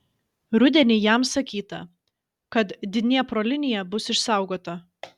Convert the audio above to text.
rudenį jam sakyta kad dniepro linija bus išsaugota